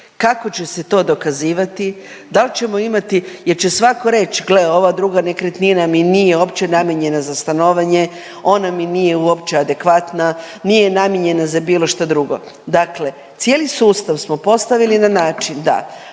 kako će se to dokazivati, dal' ćemo imati jer će svako reć gle ova druga nekretnina mi nije uopće namijenjena za stanovanje, ona mi nije uopće adekvatna, nije namijenjena za bilo šta drugo. Dakle cijeli sustav smo postavili na način da